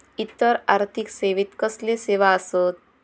इतर आर्थिक सेवेत कसले सेवा आसत?